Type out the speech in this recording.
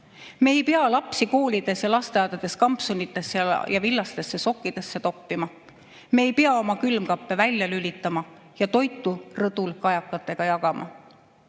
Me ei pea lapsi koolides ja lasteaedades kampsunitesse ja villastesse sokkidesse toppima. Me ei pea oma külmkappe välja lülitama ja toitu rõdul kajakatega jagama.